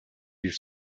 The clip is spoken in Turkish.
bir